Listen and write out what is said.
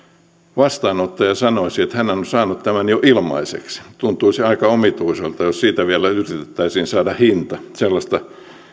vastaanottaja sanoisi että hän on on saanut tämän jo ilmaiseksi tuntuisi aika omituiselta jos siitä vielä yritettäisiin saada hinta sellaista